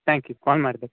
thank you call ಮಾಡಿದ್ದಕ್ಕೆ